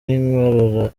n’inkorora